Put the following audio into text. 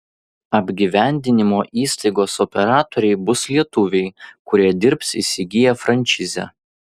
apgyvendinimo įstaigos operatoriai bus lietuviai kurie dirbs įsigiję frančizę